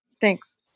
thanks